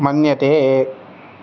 मन्यते